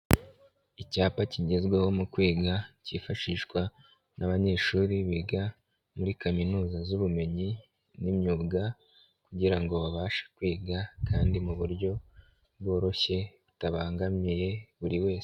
Icyapa kigezweho mu kwiga cyifashishwa n'abanyeshuri biga muri kaminuza z'ubumenyi n'imyuga kugira ngo babashe kwiga kandi mu buryo bworoshye butabangamiye buri wese.